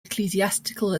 ecclesiastical